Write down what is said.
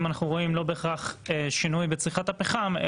אנחנו לא בהכרח רואים שינוי בצריכת הפחם,